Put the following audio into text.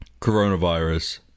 coronavirus